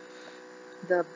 the